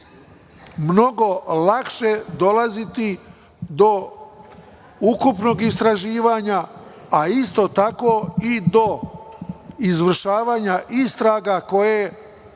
mnogo lakše dolaziti do ukupnog istraživanja, a isto tako i do izvršavanja istraga koje